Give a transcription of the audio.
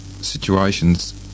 situations